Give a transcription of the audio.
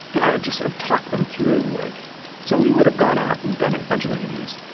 and i would just sort of talk them through. like so we would have gone out and done a bunch of interviews.